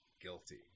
guilty